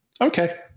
Okay